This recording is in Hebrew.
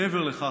מעבר לכך,